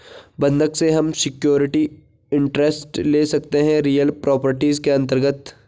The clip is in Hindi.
बंधक से हम सिक्योरिटी इंटरेस्ट ले सकते है रियल प्रॉपर्टीज के अंतर्गत